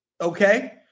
Okay